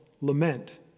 lament